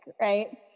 right